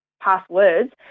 passwords